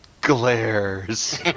glares